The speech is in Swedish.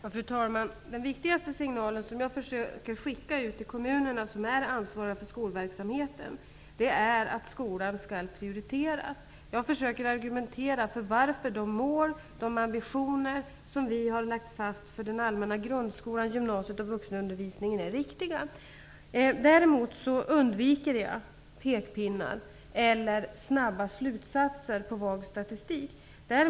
Fru talman! Den viktigaste signal som jag försöker att skicka ut till kommunerna, som ansvarar för skolverksamheten, är att skolan skall prioriteras. Jag försöker att argumentera för att de mål och de ambitioner som vi har lagt fast för den allmänna grundskolan, gymnasiet och vuxenundervisningen är riktiga. Däremot undviker jag pekpinnar eller snabba slutsatser baserade på vag statistik.